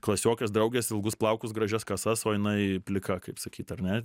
klasiokės draugės ilgus plaukus gražias kasas o jinai plika kaip sakyt ar ne